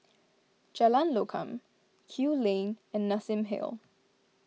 Jalan Lokam Kew Lane and Nassim Hill